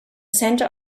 center